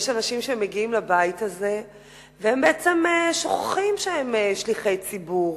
יש אנשים שמגיעים לבית הזה והם שוכחים שהם שליחי ציבור.